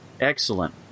Excellent